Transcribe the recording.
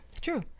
true